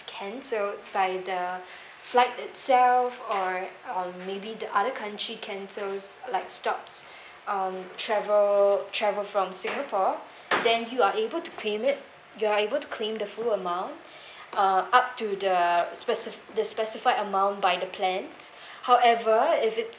cancelled by the flight itself or um maybe the other country cancels like stops um travel travel from singapore then you are able to claim it you are able to claim the full amount uh up to the speci~ the specified amount by the plans however if it's